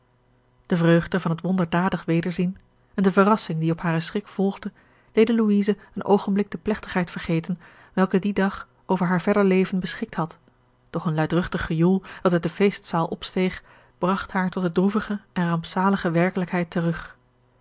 de vreugde van het wonderdadig wederzien en de verrassing die op haren schrik volgde deden louise een oogenblik de plegtigheid vergeten welke dien dag over haar verder leven beschikt had doch een luidruchtig gejoel dat uit de feestzaal opsteeg bragt haar tot de droevige en rampzalige werkelijkheid terug